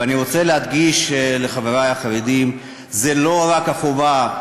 ואני רוצה להדגיש לחברי החרדים: זו לא רק החובה,